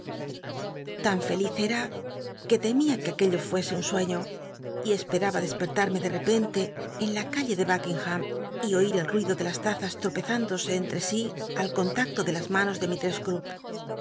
fel i era que lemia que aquello fuese uu larmc de epcnlc en la sueiio y cspcaba despc calle de buckingham y oi el ruido de las tazas tropezábase entre sí al con tacto de las mnnos de